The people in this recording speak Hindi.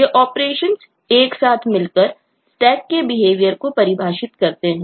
ये ऑपरेशंस को परिभाषित करते हैं